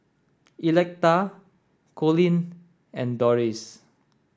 Electa Colin and Doris